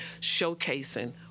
showcasing